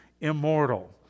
immortal